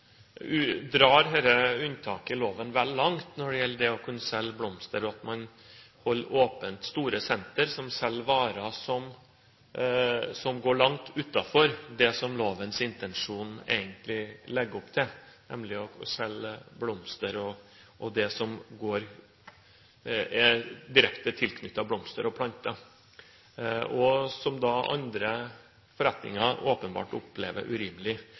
hagesentrene drar dette unntaket i loven vel langt når det gjelder det å kunne selge blomster, og at man holder åpent store sentre som selger varer som går langt utenfor det som er lovens intensjon, nemlig å selge blomster og det som er direkte knyttet til blomster og planter, noe som andre forretninger åpenbart opplever som urimelig.